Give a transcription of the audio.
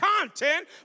content